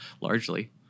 largely